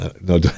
No